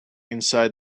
inside